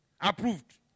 Approved